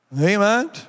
Amen